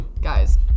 Guys